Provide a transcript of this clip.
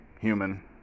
human